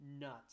nuts